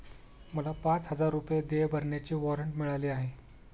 मला पाच हजार रुपये देय भरण्याचे वॉरंट मिळाले आहे